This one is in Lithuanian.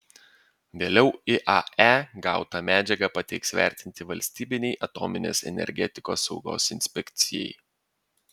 vėliau iae gautą medžiagą pateiks vertinti valstybinei atominės energetikos saugos inspekcijai